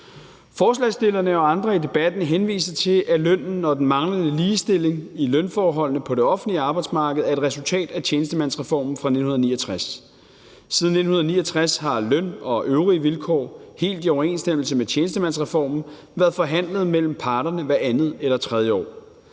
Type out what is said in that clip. Forslagsstillerne og andre i debatten henviser til, at lønnen og den manglende ligestilling i lønforholdene på det offentlige arbejdsmarked er et resultat af tjenestemandsreformen fra 1969. Siden 1969 har løn og øvrige vilkår helt i overensstemmelse med tjenestemandsreformen været forhandlet mellem parterne hvert andet eller tredje år.